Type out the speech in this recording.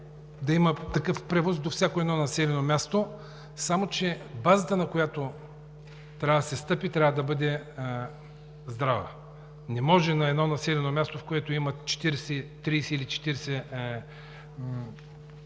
да има такъв превоз до всяко едно населено място. Само че базата, на която трябва да се стъпи, трябва да бъде здрава. Не може в едно населено място, в което има 30 или 40 жители,